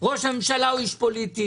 ראש הממשלה הוא איש פוליטי,